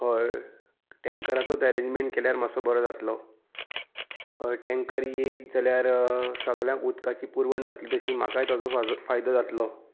हय टेंकराचोच अरेंजमेंट केल्यार मातसो बरो जातलो हय टेंकर येत जाल्यार सगळ्यांक उदकाची पुरवण जातली तशी म्हाकाय ताजो फायदो जातलो